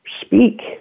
speak